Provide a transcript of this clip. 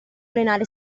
allenare